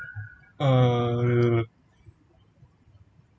err